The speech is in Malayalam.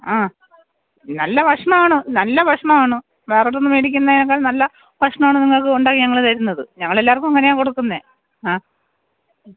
ആ നല്ല ഭക്ഷണമാണ് നല്ല ഭക്ഷണമാണ് വേറെ എവിടെന്നും വേടിക്കുന്നതിനേക്കാൾ നല്ല ഭക്ഷണമാണ് നിങ്ങൾക്ക് ഉണ്ടാക്കി ഞങ്ങൾ തരുന്നത് ഞങ്ങളെല്ലാവർക്കും അങ്ങനെയാ കൊടുക്കുന്നത് ആ